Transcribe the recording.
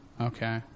Okay